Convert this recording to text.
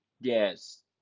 Yes